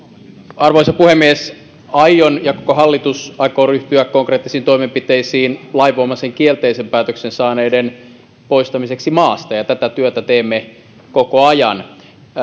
arvoisa puhemies aion ja koko hallitus aikoo ryhtyä konkreettisiin toimenpiteisiin lainvoimaisen kielteisen päätöksen saaneiden poistamiseksi maasta ja tätä työtä teemme koko ajan